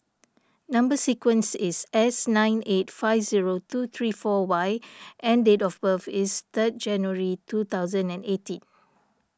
Number Sequence is S nine eight five zero two three four Y and date of birth is third January two thousand and eighteen